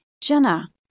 Jenna